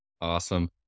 Awesome